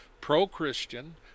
pro-Christian